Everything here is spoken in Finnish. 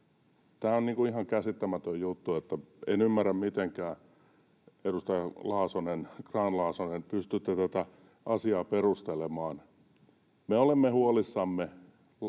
Tämä on ihan käsittämätön juttu, että en ymmärrä, edustaja Grahn-Laasonen, että pystytte mitenkään tätä asiaa perustelemaan. Me olemme huolissamme